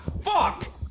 Fuck